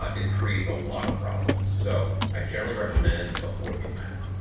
ah it creates a lot of problems. so i generally recommend avoiding that.